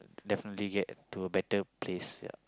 definitely get to a better place ya